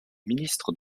ministre